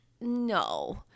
no